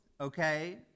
Okay